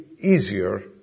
easier